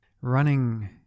Running